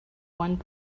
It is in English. one